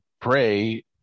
pray